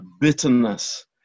bitterness